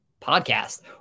podcast